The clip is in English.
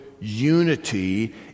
unity